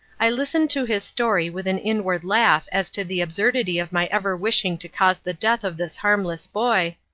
i listened to his story with an inward laugh as to the absurdity of my ever wishing to cause the death of this harmless boy,